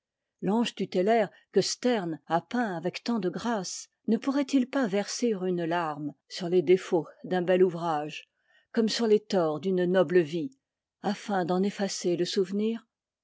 l'ange tutélaire que sterne a peint avec tant de grâce ne pourrait-il pas verser une tarme sur les défauts d'un bel ouvrage comme sur les torts d'une noble vie afin d'en effacer le souvenir